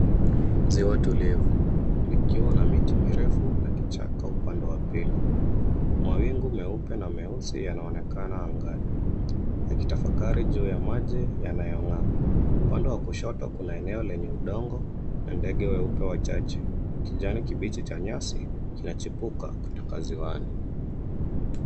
Ziwa tulivu likiwa na miti mirefu na kichaka upande wa pili. Mawingu meupe na meusi yanaonekana angani yakitafakari juu ya maji yanayong'aa. Upande wa kushoto kuna eneo lenye udongo na ndege weupe wachache. Kijani kibichi cha nyasi kinachipuka kutoka ziwani.